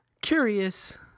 Curious